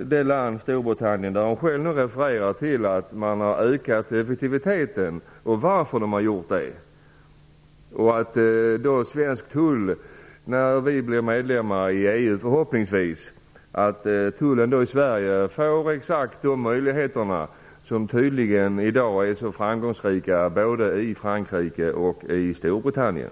det land - Storbritannien, som statsrådet själv refererar till där man har ökat effektiviteten och ser efter varför man har gjort det, och att tullen i Sverige - när vi förhoppningsvis blir medlemmar i EU - får exakt de möjligheter som man har i dag, med vilka man tydligen är så framgångsrik både i Frankrike och Storbritannien.